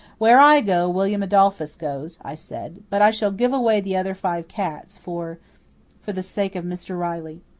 where i go, william adolphus goes, i said, but i shall give away the other five cats for for the sake of mr. riley.